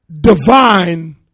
divine